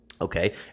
Okay